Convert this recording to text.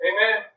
Amen